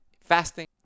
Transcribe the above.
fasting